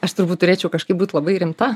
aš turbūt turėčiau kažkaip būt labai rimta